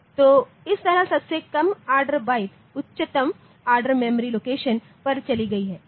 तो इस तरह सबसे कम ऑर्डर बाइट उच्चतम ऑर्डर मेमोरी लोकेशन पर चली गई है